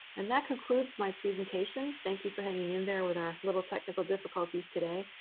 and that concludes my presentation. thank you for hanging in there with our little technical difficulties today.